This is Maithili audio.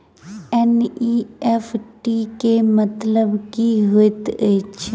एन.ई.एफ.टी केँ मतलब की होइत अछि?